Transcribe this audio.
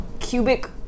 cubic